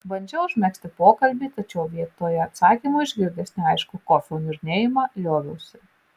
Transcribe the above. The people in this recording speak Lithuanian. bandžiau užmegzti pokalbį tačiau vietoje atsakymų išgirdęs neaiškų kofio niurnėjimą lioviausi